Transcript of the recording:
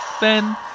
Ben